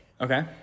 Okay